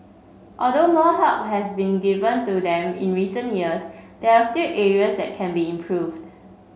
although more help has been given to them in recent years there are still areas that can be improved